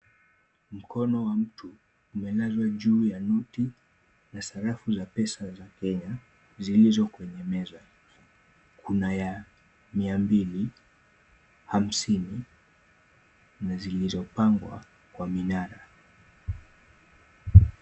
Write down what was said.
Mkono wa mtu umelazwa juu ya noti na sarafu za pesa za Kenya zilizo kwenye meza. Kuna ya mia mbili, hamsini na zilizopangwa kwa minara.